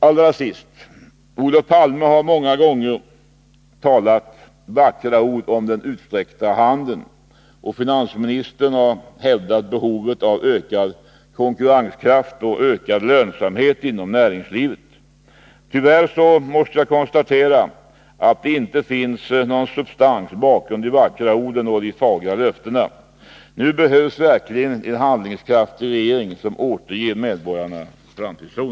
Allra sist: Olof Palme har många gånger sagt vackra ord om den utsträckta handen, och finansministern har hävdat behovet av ökad konkurrenskraft och ökad lönsamhet inom näringslivet. Jag måste tyvärr konstatera att det inte finns någon substans bakom de vackra orden och de fagra löftena. Nu behövs verkligen en handlingskraftig regering, som återger medborgarna framtidstron.